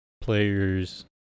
players